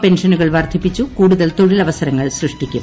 പെൻഷനുകൾ വർദ്ധിപ്പിച്ചു കൂടുതൽ തൊഴിലവസരങ്ങൾ സൃഷ്ടിക്കും